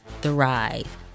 thrive